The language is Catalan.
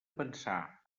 pensar